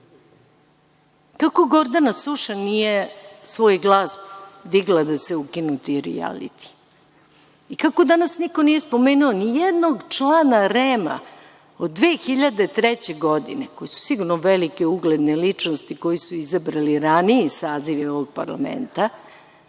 Kako Gordana Suša nije svoj glas digla da se ukinu ti rijalitiji? Kako danas niko nije spomenuo nijednog člana REM-a od 2003. godine, to su sigurno velike, ugledne ličnosti, koje su izabrali raniji sazivi ovog parlamenta,